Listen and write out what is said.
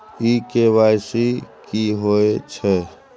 इ के.वाई.सी की होय छै?